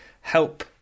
help